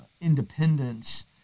independence